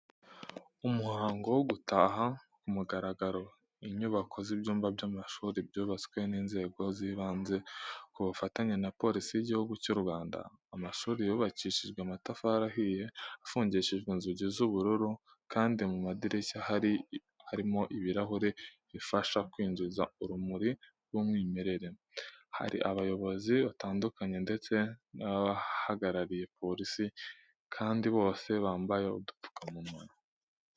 Umuhango wo gutaha ku mugaragaro inyubako z'ibyumba by'amashuri byubatswe n'inzego z'ibanze ku bufatanye na Polisi y'Igihugu cy'u Rwanda. Amashuri yubakishije amatafari ahiye, afungishije inzugi z'ubururu kandi mu madirishya harimo ibirahure bifasha kwinjiza urumuri rw'umwimerere. Hari abayobozi batandukanye ndetse n'abahagarariye polisi kandi bose bambaye udupfukamunwa.